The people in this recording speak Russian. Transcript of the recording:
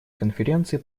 конференции